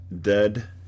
Dead